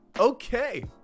Okay